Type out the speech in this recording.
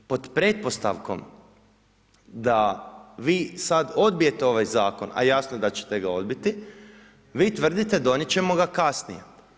I pod pretpostavkom da vi sada odbijete ovaj zakon, a jasno da ćete ga odbiti, vi tvrdite donijeti ćemo ga kasnije.